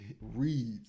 reads